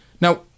Now